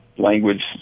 language